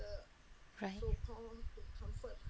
right